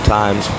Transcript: times